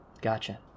gotcha